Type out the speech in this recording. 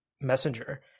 messenger